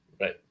right